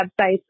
websites